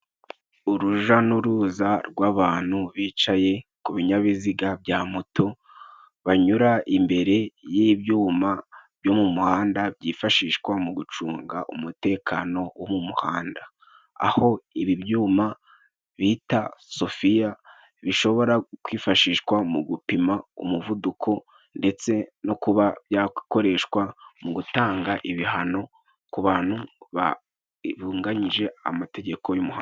Urujya n'uruza rw'abantu bicaye ku binyabiziga bya moto, banyura imbere y'ibyuma byo mu muhanda byifashishwa mu gucunga umutekano wo mu muhanda. Aho ibi byuma bita sofiya bishobora kwifashishwa mu gupima umuvuduko ndetse no kuba byakoreshwa mu gutanga ibihano, ku bantu batatunganyije amategeko y'umuhanda.